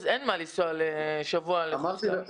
אז אין מה לנסוע לשבוע לחופשה.